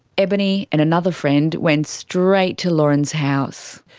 ebony and another friend went straight to lauren's house.